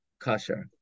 kasher